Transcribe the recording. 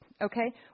Okay